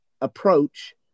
approach